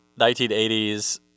1980s